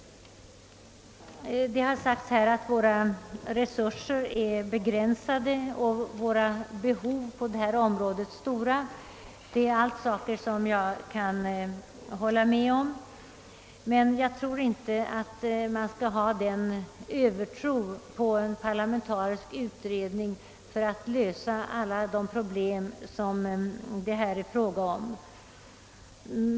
Det har sagts att våra resurser är begränsade och våra behov på detta område stora. Allt detta kan jag hålla med om. Jag tror emellertid att reservanterna hyser en övertro på en parlamentarisk utrednings möjligheter att lösa dessa problem.